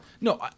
No